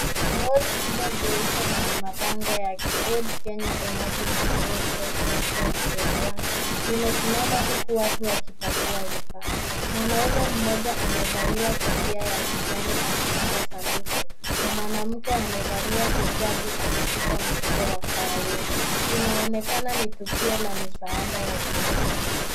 Lori kubwa lenye mabango ya Aid Kenya Emergency Broad Reponse 2021 limesimama huku watu wakipakuwa vifaa .Mwanamume mmoja amevalia kofia yake ya kijani akishika sadaku na mwanamke amevalia hijabu akishika mfuko wa kawahia inaonekana ni tukio la misaada ya kiutu.